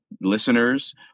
listeners